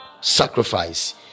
sacrifice